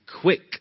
quick